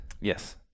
Yes